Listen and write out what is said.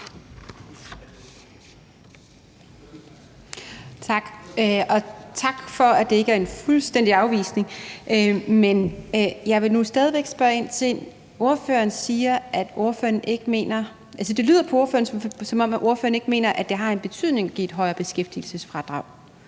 Tak, og tak for, at det ikke er en fuldstændig afvisning. Men jeg vil nu stadig væk spørge ind til det, ordføreren siger. Det lyder på ordføreren, som om ordføreren ikke mener, at det har en betydning at give et højere beskæftigelsesfradrag.